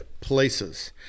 places